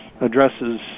addresses